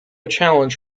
challenge